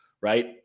right